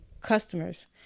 customers